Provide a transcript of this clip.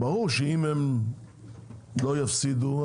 ברור שאם הם לא יפסידו,